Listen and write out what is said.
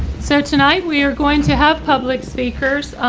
so tonight we are going to have public speakers.